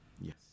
Yes